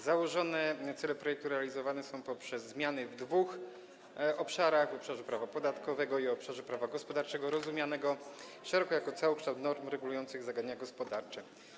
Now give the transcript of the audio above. Założone cele projektu realizowane są poprzez zmiany w dwóch obszarach: w obszarze prawa podatkowego i w obszarze prawa gospodarczego rozumianego szeroko jako całokształt norm regulujących zagadnienia gospodarcze.